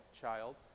child